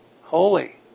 holy